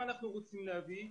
לגבי השאלה כמה אנחנו רוצים להביא.